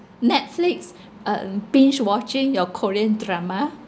netflix um binge watching your korean drama